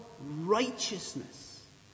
righteousness